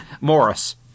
Morris